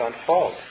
unfold